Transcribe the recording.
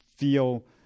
Feel